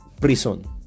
prison